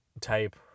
type